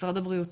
משרד הבריאות,